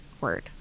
word